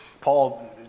paul